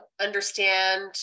understand